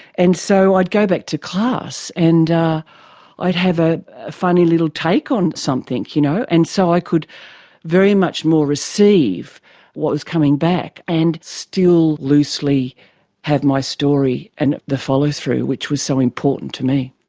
and so i'd go back to class and i'd have a funny little take on something, you know and so i could very much more receive what was coming back and still loosely have my story and the follow-through which was so important to me.